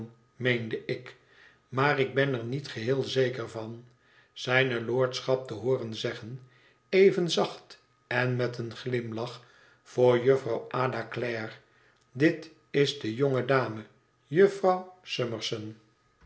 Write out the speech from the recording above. meende ik maar ik ben er niet geheel zeker van zijne lordschap te hooren zeggen even zacht en met een glimlach voor jufvrouw ada clare dit is de jonge dame jufvrouw